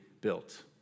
built